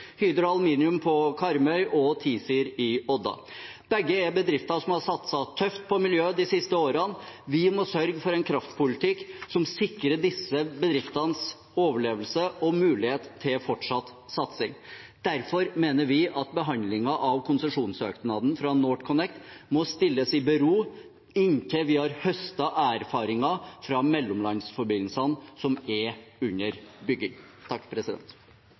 priser, Hydro Aluminium på Karmøy og TiZir i Odda. Begge er bedrifter som har satset tøft på miljø de siste årene. Vi må sørge for en kraftpolitikk som sikrer disse bedriftenes overlevelse og mulighet til fortsatt satsing. Derfor mener vi at behandlingen av konsesjonssøknaden fra NorthConnect må stilles i bero inntil vi har høstet erfaringer fra mellomlandsforbindelsene som er under bygging.